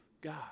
God